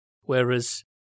whereas